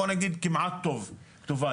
בוא נגיד כמעט כתובה טוב,